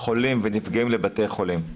חולים ונפגעים לבתי חולים.